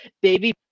baby